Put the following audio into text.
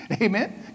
Amen